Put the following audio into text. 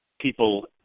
people